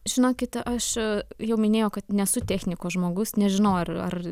žinokite aš jau minėjau kad nesu technikos žmogus nežinau ar ar